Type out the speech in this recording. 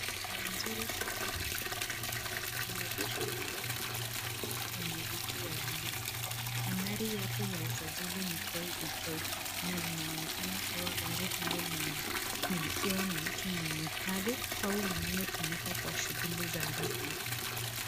Gari nzuri sana ya rangi nyeusi, imeegeshwa kando ya mlango yenye rangi ya buluu, nambari yake ya usajili ni KDK na linaonekana gari linalomilikiwa na mtu mwenye hadhi, au linalotumika kwa shughuli za rasmi.